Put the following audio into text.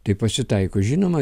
tai pasitaiko žinoma